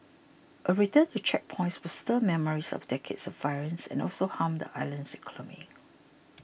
a return to checkpoints would stir memories of decades of violence and also harm the island's economy